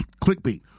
clickbait